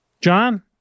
John